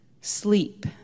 sleep